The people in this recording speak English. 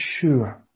sure